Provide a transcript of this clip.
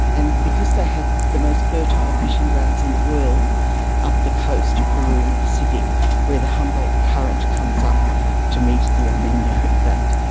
and because they had the most fertile fishing grounds in the world up the coast of peru in the pacific where the humboldt current comes up to meet the el nino in fact,